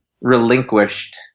relinquished